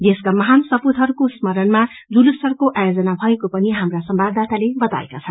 देशका महान सपूतहरूको स्मरणमा जूलूसहरूको आयोजना भएको पनि हाम्रा संवाददाताले बताएका छन्